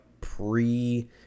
pre